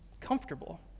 comfortable